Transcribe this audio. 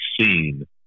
seen